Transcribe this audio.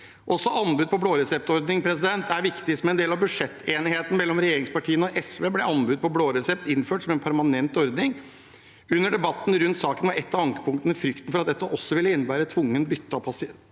Også anbud på blåreseptordning er viktig. Som en del av budsjettenigheten mellom regjeringspartiene og SV ble anbud på blå resept innført som en permanent ordning. Under debatten rundt saken var et av ankepunktene frykten for at dette også ville innebære tvungent bytte, at pasienter